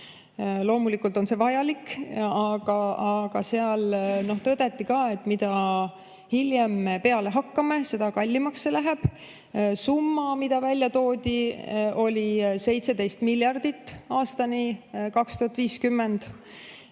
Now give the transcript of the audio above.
Loomulikult on see vajalik. Aga tõdeti ka seda, et mida hiljem peale hakkame, seda kallimaks läheb. Summa, mis välja toodi, oli 17 miljardit aastani 2050.